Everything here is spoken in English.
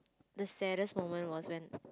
the saddest moment was when